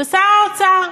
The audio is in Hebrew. ושר האוצר.